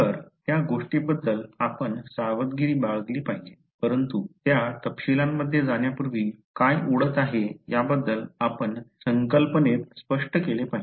तर त्या गोष्टीबद्दल आपण सावधगिरी बाळगली पाहिजे परंतु त्या तपशीलांमध्ये जाण्यापूर्वी काय घडत आहे या बद्दल आपण संकल्पनेत स्पष्ट केले पाहिजे